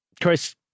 Chris